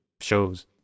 shows